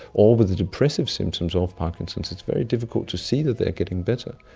or with the depressive symptoms of parkinson's, it's very difficult to see that they're getting better.